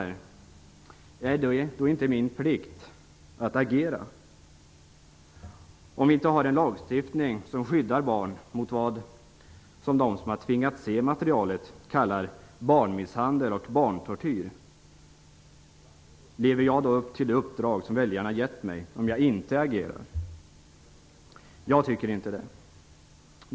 Lever jag upp till det uppdrag som väljarna har gett mig om jag inte agerar när vi har en lagstiftning som inte skyddar barn mot sådant som de som tvingats se materialet kallar för barnmisshandel och barntortyr? Jag tycker inte det.